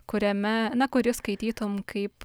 kuriame na kurį skaitytum kaip